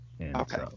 Okay